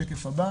את השקף הבא